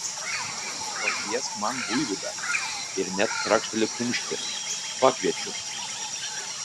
pakviesk man buivydą ir net trakšteli kumštį pakviečiu